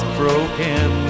broken